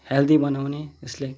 healthy बनाउने यसले